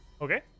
okay